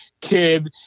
kid